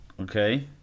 Okay